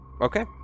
Okay